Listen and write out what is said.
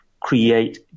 create